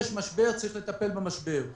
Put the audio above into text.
יש משבר וצריך לטפל במשבר.